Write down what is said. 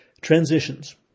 Transitions